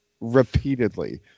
Repeatedly